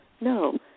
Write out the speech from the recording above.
No